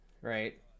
Right